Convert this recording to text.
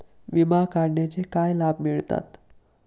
विमा काढण्याचे काय लाभ मिळतात?